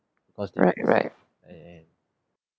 right right